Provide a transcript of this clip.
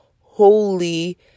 holy